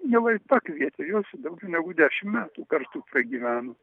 jau ir pakvietė jos daugiau negu dešimt metų kartu pragyveno